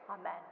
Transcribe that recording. Amen